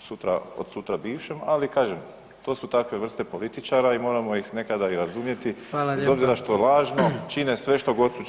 sutra, od sutra bivšem, ali kažem to su takve vrste političara i moramo ih nekada i razumjeti [[Upadica: Hvala lijepa]] bez obzira što je lažno, čine sve što god su činili